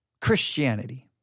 Christianity